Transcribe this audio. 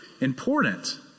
important